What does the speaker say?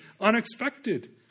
unexpected